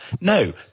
No